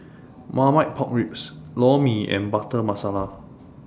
Marmite Pork Ribs Lor Mee and Butter Masala